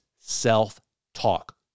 self-talk